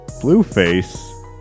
Blueface